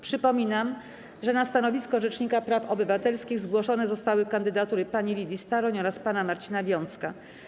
Przypominam, że na stanowisko rzecznika praw obywatelskich zgłoszone zostały kandydatury pani Lidii Staroń oraz pana Marcina Wiącka.